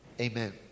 Amen